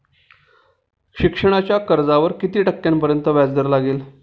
शिक्षणाच्या कर्जावर किती टक्क्यांपर्यंत व्याजदर लागेल?